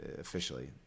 officially